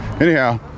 Anyhow